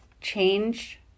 change